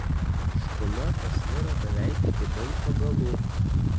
škuna pasviro beveik iki bimso galų